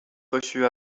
reçu